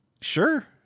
Sure